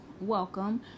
welcome